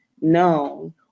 known